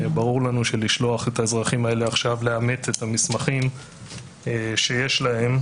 ברור לנו שלשלוח את האזרחים האלה עכשיו לאמת את המסמכים שיש להם,